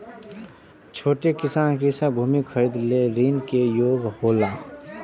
छोट किसान कृषि भूमि खरीदे लेल ऋण के योग्य हौला?